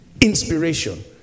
Inspiration